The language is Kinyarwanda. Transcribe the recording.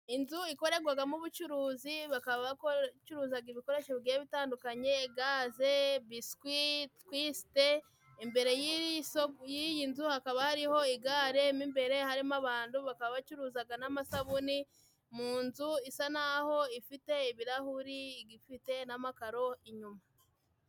Inzu ikorerwagamo ubucuruzi, bakaba bacuruzaga ibikoresho bigenda bitandukanye, gaze, biswi, twisite, imbere y'iyi nzu hakaba hariho igare, mo imbere harimo abantu, bakaba bacuruzaga n'amasabuni, mu nzu isa naho' ifite ibirahuri, ifite n'amakaro inyuma.